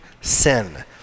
sin